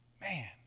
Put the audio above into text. Man